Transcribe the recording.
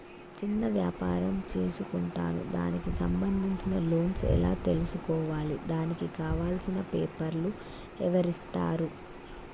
చిన్న వ్యాపారం చేసుకుంటాను దానికి సంబంధించిన లోన్స్ ఎలా తెలుసుకోవాలి దానికి కావాల్సిన పేపర్లు ఎవరిస్తారు?